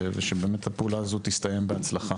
ושבאמת הפעולה הזאת תסתיים בהצלחה.